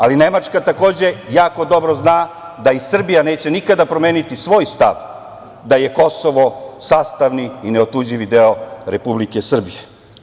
Ali, Nemačka takođe jako dobro zna da i Srbija neće nikada promeniti svoj stav da je Kosovo sastavni i neotuđivi deo Republike Srbije.